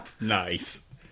Nice